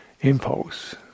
impulse